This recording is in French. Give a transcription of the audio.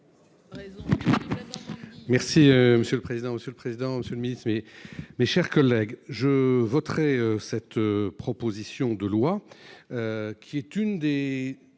Merci monsieur le président, monsieur le président, Monsieur le Ministre, mes chers collègues, je voterai cette proposition de loi qui est une des